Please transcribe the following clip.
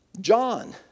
John